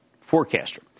forecaster